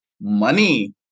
Money